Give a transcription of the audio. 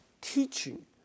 teaching